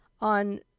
on